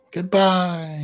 Goodbye